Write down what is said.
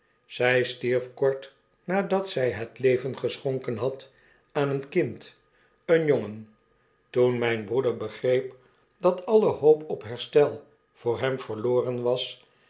zy stierf kort nadat zy het leven geschonken had aan een kind een jongen toen myn broeder begreep dat alle hoop op herstel voor hem verloren was